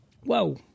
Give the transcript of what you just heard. Whoa